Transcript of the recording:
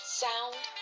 sound